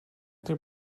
their